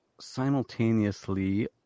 simultaneously